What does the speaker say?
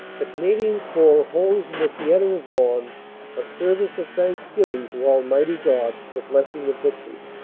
the canadian corps holds in the theatre of mons a service of thanksgiving to almighty god for the blessing of victory.